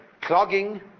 clogging